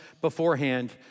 beforehand